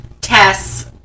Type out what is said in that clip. Tess